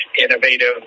innovative